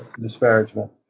disparagement